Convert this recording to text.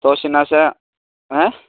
तोशिना से आएँ